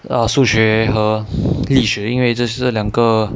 err 数学和历史因为这是两个